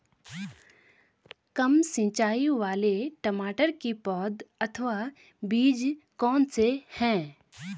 कम सिंचाई वाले टमाटर की पौध अथवा बीज कौन से हैं?